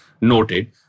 noted